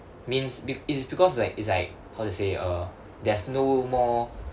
means be~ is because like is like how to say uh there's no more